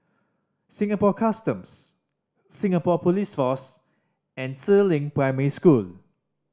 Singapore Customs Singapore Police Force and Si Ling Primary School